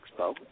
Expo